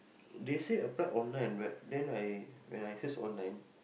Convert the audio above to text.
they say apply online but then when I search online